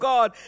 God